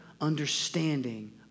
understanding